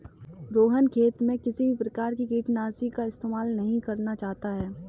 रोहण खेत में किसी भी प्रकार के कीटनाशी का इस्तेमाल नहीं करना चाहता है